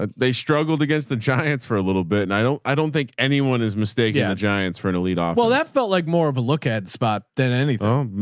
ah they struggled against the giants for a little bit. and i don't, i don't think anyone is mistaken. the giants for an elite off ah that felt like more of a look at spot than anything.